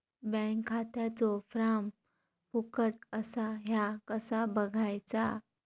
Bank खात्याचो form फुकट असा ह्या कसा बगायचा?